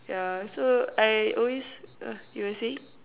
yeah so I always uh you were saying